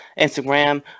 Instagram